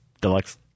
deluxe